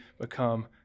become